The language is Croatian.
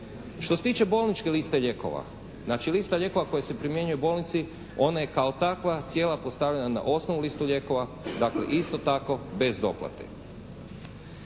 Što se tiče bolničke liste lijekova, znači lista lijekova koja se primjenjuje u bolnici ona je kao takva cijela postavljena na osnovnu listu lijekova, dakle isto tako bez doplate.